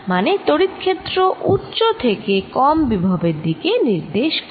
মানে তড়িৎ ক্ষেত্র উচ্চ থেকে কম বিভবের দিকে নির্দেশ করে